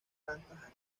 plantas